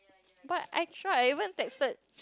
but I tried I even texted